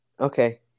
Okay